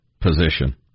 position